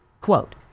Quote